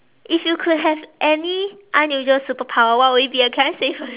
if you could have any unusual superpower what would it be can I say first